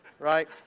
Right